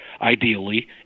ideally